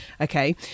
okay